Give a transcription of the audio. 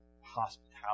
hospitality